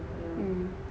mm